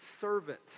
servant